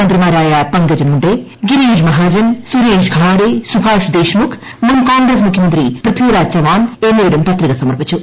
മന്ത്രിമാരായ പങ്കജ മുണ്ടെ ഗിരീഷ് മഹാജൻ സ്റ്റർർഷ് ഖാഡെ സുഭാഷ് ദേശ്മുഖ് മുൻ കോൺഗ്രസ് മുഖ്യമന്ത്രി പൃഥ്വി രാജ് ചവാൻ എന്നിവരും പത്രിക സമർപ്പിച്ചു